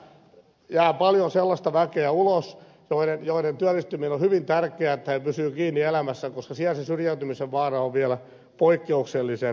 näistä jää paljon sellaista väkeä ulos jonka työllistyminen on hyvin tärkeää että he pysyvät kiinni elämässä koska siellä se syrjäytymisen vaara on vielä poikkeuksellisen suuri